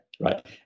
Right